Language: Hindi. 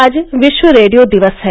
आज विश्व रेडियो दिवस है